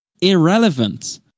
irrelevant